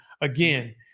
again